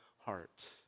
heart